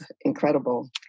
incredible